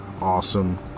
Awesome